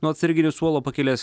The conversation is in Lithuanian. nuo atsarginių suolo pakilęs